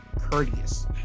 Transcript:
courteous